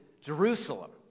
Jerusalem